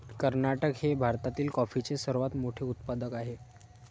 कर्नाटक हे भारतातील कॉफीचे सर्वात मोठे उत्पादक आहे